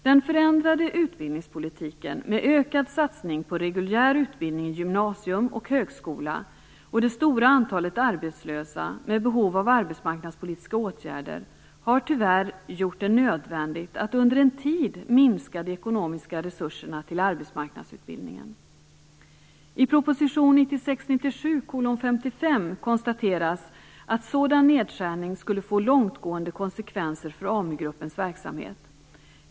Den förändrade utbildningspolitiken med ökad satsning på reguljär utbildning i gymnasium och högskola och det stora antalet arbetslösa med behov av arbetsmarknadspolitiska åtgärder har tyvärr gjort det nödvändigt att under en tid minska de ekonomiska resurserna till arbetsmarknadsutbildningen. I proposition 1996/97:55 konstateras att sådan nedskärning skulle få långtgående konsekvenser för AmuGruppens verksamhet.